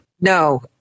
No